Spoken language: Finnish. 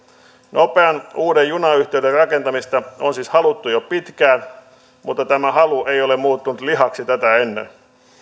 nopean uuden junayhteyden rakentamista on siis haluttu jo pitkään mutta tämä halu ei ole muuttunut lihaksi tätä ennen